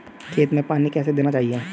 खेतों में पानी कैसे देना चाहिए?